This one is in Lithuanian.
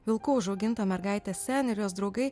vilkų užauginta mergaitė sen ir jos draugai